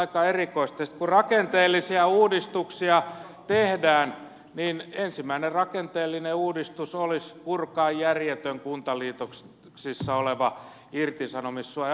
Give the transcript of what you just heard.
sitten kun rakenteellisia uudistuksia tehdään niin ensimmäinen rakenteellinen uudistus olisi purkaa järjetön kuntaliitoksissa oleva irtisanomissuoja